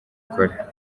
ikora